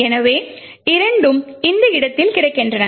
எனவே இரண்டும் இந்த இடங்களில் கிடைக்கின்றன